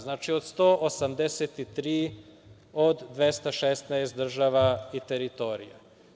Znači od 183 od 216 država i teritorija.